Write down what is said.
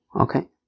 Okay